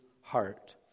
heart